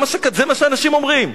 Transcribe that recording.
זה מה שאנשים אומרים.